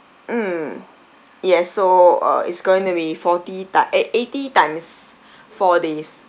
mm yes so uh it's going to be forty ti~ eh eighty times four days